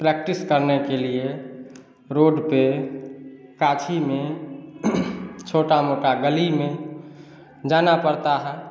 practice करने के लिए रोड पे गाछी में छोटा मोटा गली में जाना पड़ता है